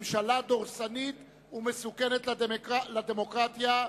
ממשלה דורסנית ומסוכנת לדמוקרטיה.